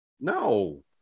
no